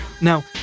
Now